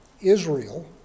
Israel